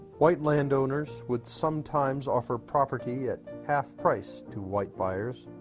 white landowners would sometimes offer property at half-price to white buyers,